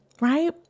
Right